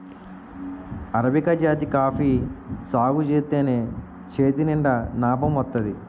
arabica జాతి coffee సాగుజేత్తేనే చేతినిండా నాబం వత్తాది